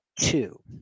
two